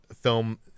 film